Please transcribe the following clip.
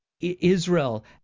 Israel